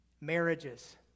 Marriages